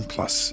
Plus